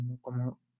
como